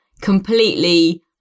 completely